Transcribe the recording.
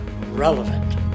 relevant